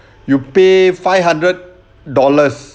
you pay five hundred dollars